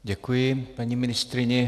Děkuji paní ministryni.